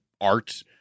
art